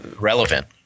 relevant